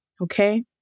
Okay